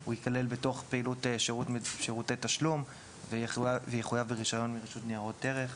הוא ייכלל בתוך פעילות שירותי תשלום ויחויב ברישיון מרשות ניירות ערך.